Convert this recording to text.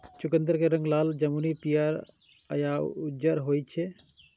चुकंदर के रंग लाल, जामुनी, पीयर या उज्जर होइ छै